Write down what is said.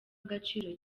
agaciro